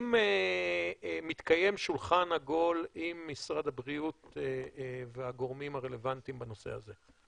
והאם מתקיים שולחן עגול עם משרד הבריאות והגורמים הרלוונטיים בנושא הזה?